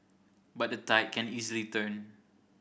but the tide can easily turn